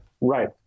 Right